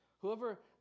Whoever